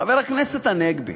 חבר הכנסת הנגבי,